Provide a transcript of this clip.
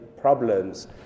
problems